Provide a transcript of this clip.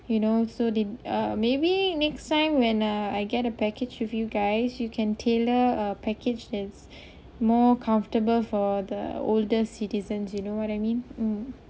you know so they uh maybe next time when uh I get a package with you guys you can tailor a package that is more comfortable for the older citizens you know what I mean mm